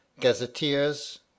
gazetteers